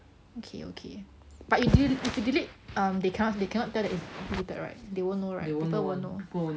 okay okay but if you del~ if you delete um they cannot they cannot tell it's deleted right they won't know right people wont know